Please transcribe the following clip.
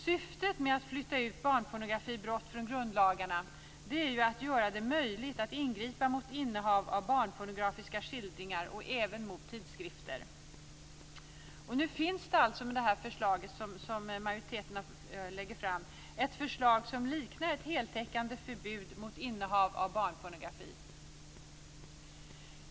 Syftet med att flytta ut barnpornografibrotten från grundlagarna är att göra det möjligt att ingripa mot innehav av barnpornografiska skildringar och även mot tidskrifter. Med det förslag som majoriteten lägger fram finns nu ett förslag som liknar ett heltäckande förbud mot innehav av barnpornografi.